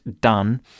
done